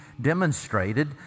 demonstrated